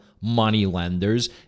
moneylenders